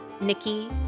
Nikki